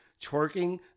twerking